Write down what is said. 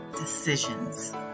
decisions